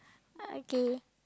okay